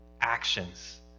actions